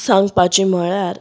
सांगपाची म्हळ्यार